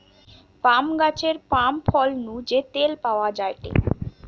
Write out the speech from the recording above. পাম গাছের পাম ফল নু যে তেল পাওয়া যায়টে